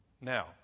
Now